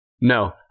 No